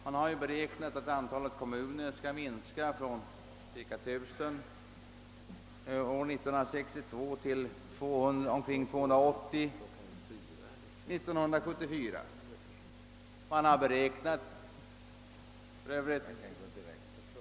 Det har beräknats att antalet kommuner skall minska från cirka 1000 år 1962 till omkring 280 år 1974.